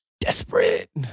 desperate